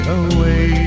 away